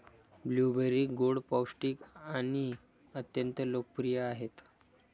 blueberry गोड, पौष्टिक आणि अत्यंत लोकप्रिय आहेत